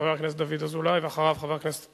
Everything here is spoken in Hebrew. חבר הכנסת דוד אזולאי, ואחריו, חבר הכנסת